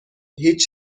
هیچ